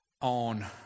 On